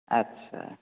ଆଚ୍ଛା